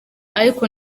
ariko